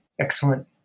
excellent